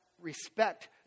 respect